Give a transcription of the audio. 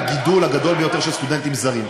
והגידול הגדול ביותר של סטודנטים זרים.